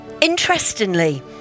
interestingly